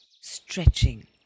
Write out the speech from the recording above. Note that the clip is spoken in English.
stretching